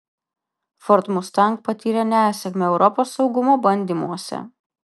ford mustang patyrė nesėkmę europos saugumo bandymuose